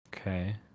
Okay